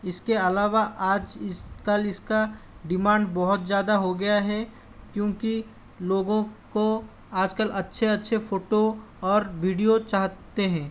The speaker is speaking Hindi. इसके अलावा आज इस कल इसका डिमांड बहुत ज़्यादा हो गया है क्योंकि लोगों को आजकल अच्छे अच्छे फ़ोटो और वीडियो चाहते हैं